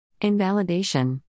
Invalidation